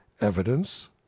evidence